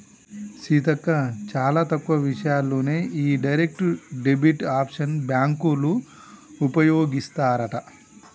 సీతక్క చాలా తక్కువ విషయాల్లోనే ఈ డైరెక్ట్ డెబిట్ ఆప్షన్ బ్యాంకోళ్ళు ఉపయోగిస్తారట